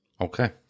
Okay